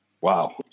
Wow